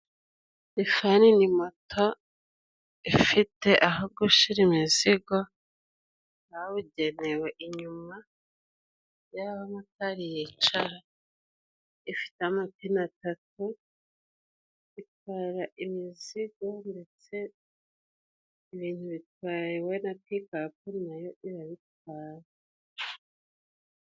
Lifani ni moto ifite aho gushira imizigo habugenewe inyuma yaho motari yicara, ifite amapine atatu, itwara imizigo ndetse ibintu bitwawe na pikapu nayo irabitwara.